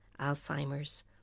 Alzheimer's